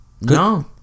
No